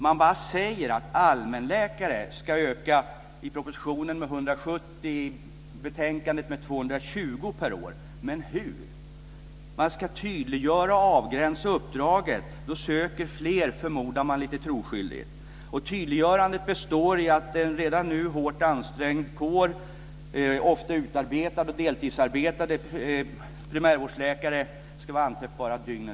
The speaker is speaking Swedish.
Man säger bara att allmänläkarna ska öka, i propositionen med 170 och i betänkandet med 220 per år. Men hur? Man ska tydliggöra och avgränsa uppdraget för då söker fler, förmodar man lite troskyldigt. Tydliggörandet består i att en redan nu hårt ansträngd kår av ofta utarbetade och deltidsarbetande primärvårdsläkare ska vara anträffbara dygnet runt.